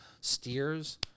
steers